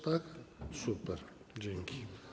Tak? Super, dzięki.